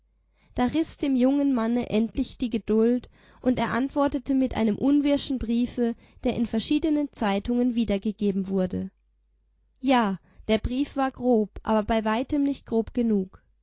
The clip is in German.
da riß dem jungen manne endlich die geduld und er antwortete mit einem unwirschen briefe der in verschiedenen zeitungen wiedergegeben wurde ja der brief war grob aber bei weitem nicht grob genug